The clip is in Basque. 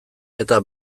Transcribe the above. eta